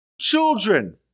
Children